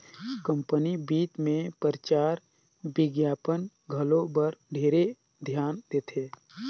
company बित मे परचार बिग्यापन घलो बर ढेरे धियान देथे